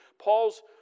Paul's